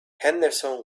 henderson